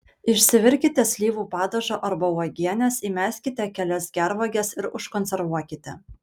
išsivirkite slyvų padažo arba uogienės įmeskite kelias gervuoges ir užkonservuokite